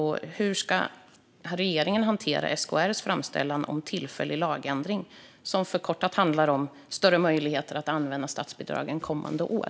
Hur ska regeringen hantera SKR:s framställan om tillfällig lagändring, som förkortat handlar om större möjligheter att använda statsbidragen kommande år?